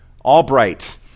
Albright